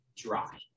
dry